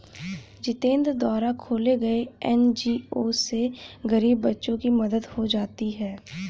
जितेंद्र द्वारा खोले गये एन.जी.ओ से गरीब बच्चों की मदद हो जाती है